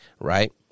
right